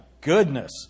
goodness